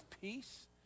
Peace